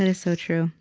and so true.